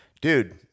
dude